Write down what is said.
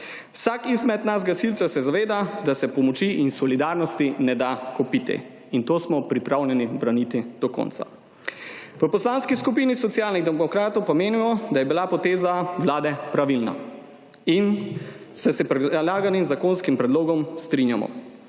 Vsak izmed nas, gasilcev, se zaveda, da se pomoči in solidarnosti ne da kupiti, in to smo pripravljeni braniti do konca. V Poslanski skupini Socialnih demokratov menimo, da je bila poteza Vlade pravilna, in se s predlaganim zakonskim predlogom strinjamo.